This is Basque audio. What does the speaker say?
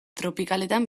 tropikaletan